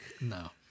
No